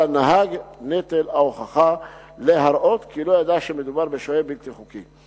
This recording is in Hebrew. על הנהג נטל ההוכחה להראות כי לא ידע שמדובר בשוהה בלתי חוקי.